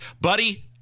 Buddy